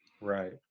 Right